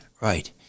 right